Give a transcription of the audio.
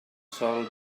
sol